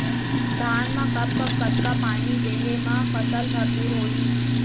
धान मा कब कब कतका पानी देहे मा फसल भरपूर होही?